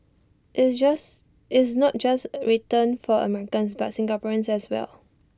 IT is not just written for Americans but Singaporeans as well